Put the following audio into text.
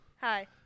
Hi